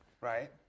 Right